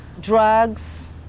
drugs